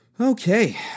Okay